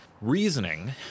reasoning